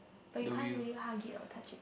but you can't really hug it or touch it